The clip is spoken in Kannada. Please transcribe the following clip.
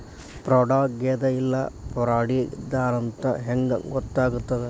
ಫ್ರಾಡಾಗೆದ ಇಲ್ಲ ಫ್ರಾಡಿದ್ದಾರಂತ್ ಹೆಂಗ್ ಗೊತ್ತಗ್ತದ?